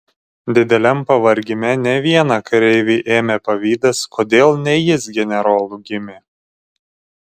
dideliam pavargime ne vieną kareivį ėmė pavydas kodėl ne jis generolu gimė